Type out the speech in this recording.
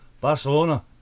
Barcelona